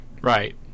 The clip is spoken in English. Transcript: Right